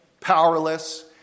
powerless